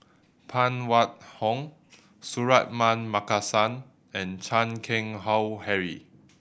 Phan Wait Hong Suratman Markasan and Chan Keng Howe Harry